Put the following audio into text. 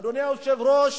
אדוני היושב-ראש,